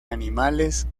animales